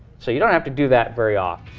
so you don't have to do that very often.